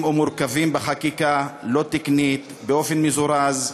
ומורכבים בחקיקה לא תקנית באופן מזורז,